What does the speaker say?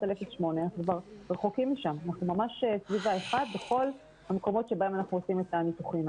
1% בכל המקומות שבהם אנחנו עושים את הניתוחים.